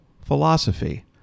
philosophy